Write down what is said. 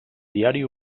diari